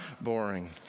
boring